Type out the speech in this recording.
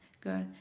girl